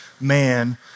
man